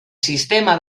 sistema